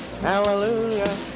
Hallelujah